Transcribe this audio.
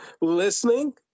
listening